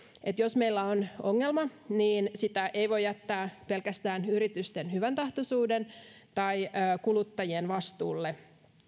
että jos meillä on ongelma niin sitä ei voi jättää pelkästään yritysten hyväntahtoisuuden tai kuluttajien vastuulle